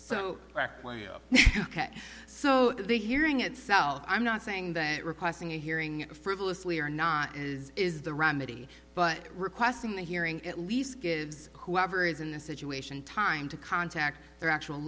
oh ok so the hearing itself i'm not saying that requesting a hearing frivolously or not is is the remedy but requesting the hearing at least gives whoever is in the situation time to contact their actual